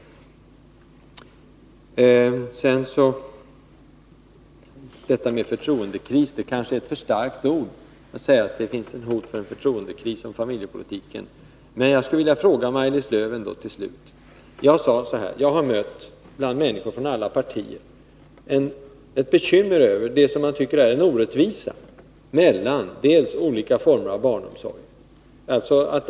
Att säga att en ”förtroendekris” hotar när det gäller familjepolitiken, är kanske att använda ett för starkt ord. Jag skulle vilja sluta med att ställa en fråga till Maj-Lis Lööw. Jag sade att jag bland människor från alla partier har mött bekymmer för att olika former av barnomsorg behandlas orättvist.